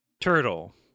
Turtle